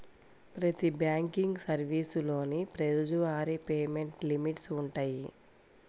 ప్రతి బ్యాంకింగ్ సర్వీసులోనూ రోజువారీ పేమెంట్ లిమిట్స్ వుంటయ్యి